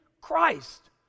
Christ